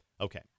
Okay